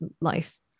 life